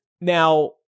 Now